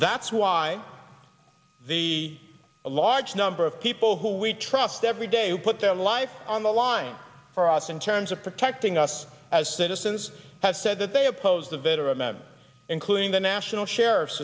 that's why the large number of people who we trust every day put their life on the line for us in terms of protecting us as citizens have said that they oppose the veteran members including the national sheriff